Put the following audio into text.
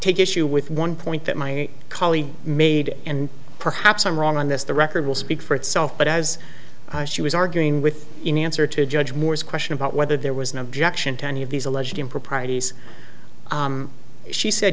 take issue with one point that my colleague made and perhaps i'm wrong on this the record will speak for itself but as she was arguing with in answer to judge moore's question about whether there was an objection to any of these alleged improprieties she said